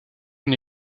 une